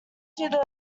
through